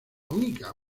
única